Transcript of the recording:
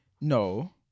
No